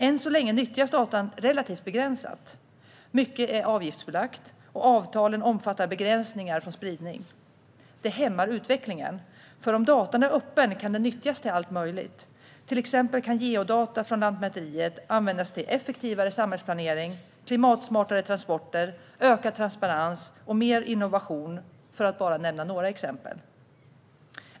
Än så länge nyttjas datan relativt begränsat. Mycket är avgiftsbelagt, och avtalen omfattar begränsningar när det gäller spridning. Det hämmar utvecklingen. Öppna data kan nyttjas till allt möjligt. Till exempel kan geodata från Lantmäteriet användas till effektivare samhällsplanering, klimatsmartare transporter, ökad transparens och mer innovation - för att bara nämna några exempel.